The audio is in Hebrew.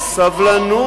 יבטלו,